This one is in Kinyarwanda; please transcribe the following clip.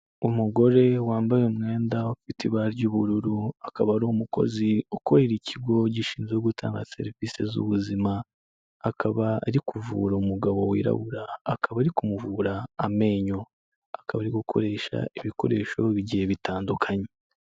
Umugore wambaye umwenda ufite ibara ry'ubururu, akaba ari umukozi ukorera ikigo gishinzwe gutanga serivisi z'ubuzima, akaba ari kuvura umugabo wirabura, akaba ari kumuvura amenyo, akaba ari gukoresha ibikoresho bigiye bitandukanye.